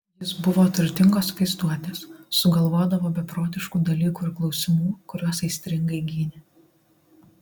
jis buvo turtingos vaizduotės sugalvodavo beprotiškų dalykų ir klausimų kuriuos aistringai gynė